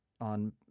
on